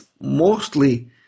mostly